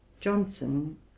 johnson